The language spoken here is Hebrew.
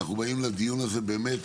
אנחנו באים לדיון הזה באמת